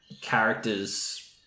characters